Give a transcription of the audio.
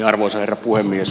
arvoisa herra puhemies